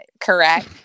Correct